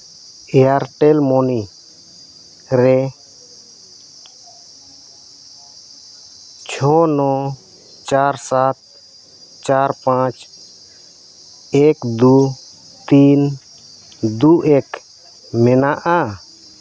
Airtel money ᱨᱮ ᱪᱷᱚ ᱱᱚ ᱪᱟᱨ ᱥᱟᱛ ᱪᱟᱨ ᱯᱟᱸᱪ ᱮᱠ ᱫᱩ ᱛᱤᱱ ᱫᱩ ᱮᱠ ᱢᱮᱱᱟᱜᱼᱟ